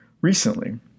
Recently